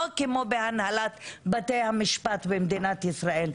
לא כמו בהנהלת בתי המשפט במדינת ישראל,